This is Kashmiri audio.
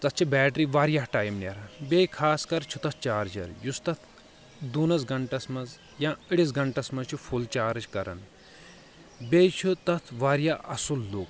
تتھ چھُ بیٹری واریاہ ٹایِم نیران بییٚہِ خاص کر چھُ تتھ چارجر یُس تتھ دونس گنٛٹس منٛز یا أڑِس گنٛٹس منٛز چھُ فُل چارٕج کران بییٚہِ چھُ تتھ واریاہ اصٕل لُک